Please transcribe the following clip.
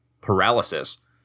paralysis